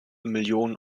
millionen